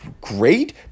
great